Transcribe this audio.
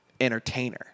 entertainer